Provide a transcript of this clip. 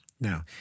now